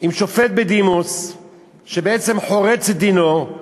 עם שופט בדימוס שבעצם חורץ את דינו,